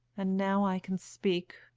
and now i can speak.